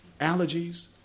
allergies